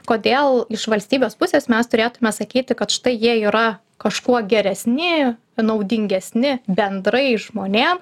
kodėl iš valstybės pusės mes turėtume sakyti kad štai jie yra kažkuo geresni naudingesni bendrai žmonėm